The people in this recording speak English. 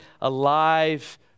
alive